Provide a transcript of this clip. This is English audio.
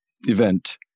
event